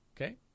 Okay